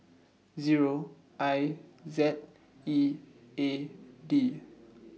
Zero I Z E A D